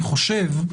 אני חושב,